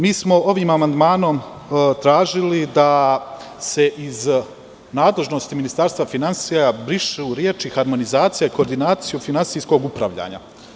Mi smo ovim amandmanom tražili da se iz nadležnosti Ministarstva finansija brišu reči: „harmonizacija i koordinacija finansijskog upravljanja“